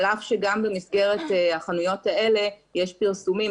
על אף שגם במסגרת החנויות האלה יש פרסומים,